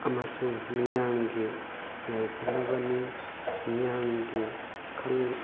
ꯑꯃꯁꯨꯡ ꯃꯤꯌꯥꯝꯒꯤ ꯌꯥꯏꯐꯅꯕꯅꯤ ꯃꯤꯌꯥꯝꯒꯤ